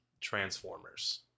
Transformers